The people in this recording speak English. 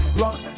rock